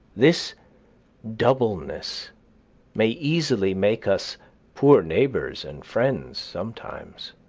this doubleness may easily make us poor neighbors and friends sometimes.